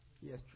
Yes